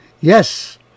Yes